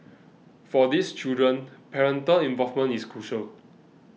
for these children parental involvement is crucial